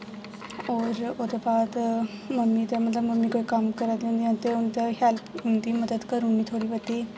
होर ओह्दे बाद मम्मी दा मतलब मम्मी कोई कम्म करा दी होदी ते उं'दी बी हेल्प उं'दी मदत करी ओड़नी थोह्ड़ी बोह्ती